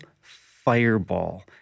fireball